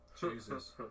Jesus